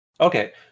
Okay